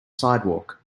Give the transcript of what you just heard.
sidewalk